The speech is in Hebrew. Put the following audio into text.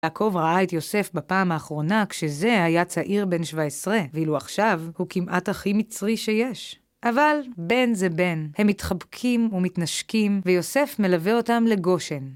יעקב ראה את יוסף בפעם האחרונה, כשזה היה צעיר בן 17, ואילו עכשיו, הוא כמעט הכי מצרי שיש. אבל בן זה בן, הם מתחבקים ומתנשקים, ויוסף מלווה אותם לגושן.